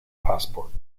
passport